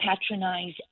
patronize